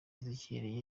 ezechiel